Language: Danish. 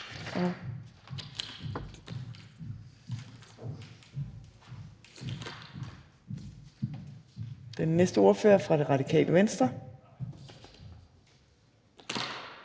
Den næste ordfører er fra Det Radikale Venstre,